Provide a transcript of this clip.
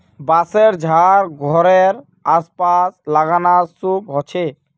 बांसशेर झाड़ घरेड आस पास लगाना शुभ ह छे